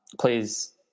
please